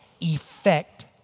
effect